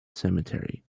cemetery